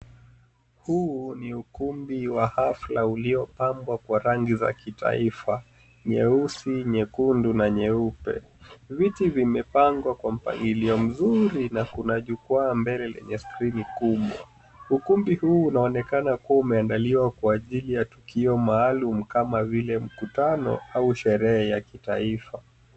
Huu ni ukumbi wa hofla uliopangwa kwa rangi za kitaifa. Nyeusi , nyekundu na nyeupe. Viti vimepangwa kwa mpangilio mzuri na kuna jukwaa mbele lenye sakafu mbili kubwa . Ukumbi huu unaonekana kuwa umeandaliwa kwa ajili ya tukio maalum kama vile mkutano au sherehe ya kitaifa .